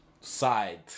side